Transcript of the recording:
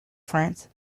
france